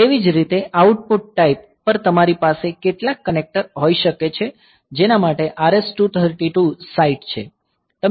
તેવી જ રીતે આઉટપુટ ટાઈપ પર તમારી પાસે કેટલાક કનેક્ટર હોઈ શકે છે જેના માટે આ RS232 સાઇટ છે